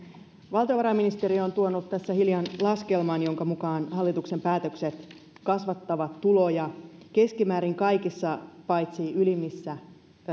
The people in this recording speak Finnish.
valtiovarainministeriö on tuonut tässä hiljan laskelman jonka mukaan hallituksen päätökset kasvattavat tuloja keskimäärin kaikissa paitsi ylimmissä